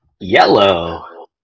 Yellow